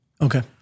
Okay